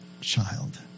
child